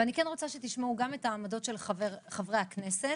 ואני כן רוצה שתשמעו גם את העמדות של חברי הכנסת,